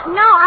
no